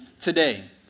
today